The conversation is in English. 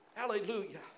Hallelujah